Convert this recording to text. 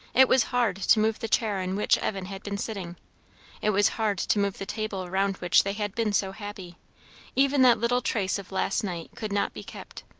it was hard to move the chair in which evan had been sitting it was hard to move the table around which they had been so happy even that little trace of last night could not be kept.